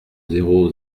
zéro